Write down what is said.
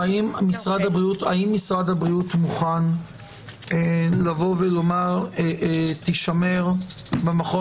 האם משרד הבריאות מוכן לומר שהערכה תישמר במכון